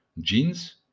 Jeans